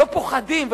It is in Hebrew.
לא פוחדים,